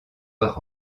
par